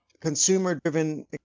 consumer-driven